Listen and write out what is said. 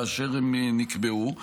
כאשר הם נקבעו,